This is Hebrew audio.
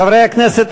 חברי הכנסת,